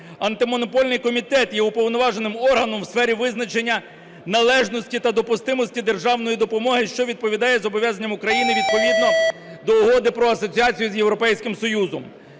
Антимонопольний комітет є уповноваженим органом в сфері визначення належності та допустимості державної допомоги, що відповідає зобов'язанням України відповідно до Угоди про асоціацію з Європейським Союзом.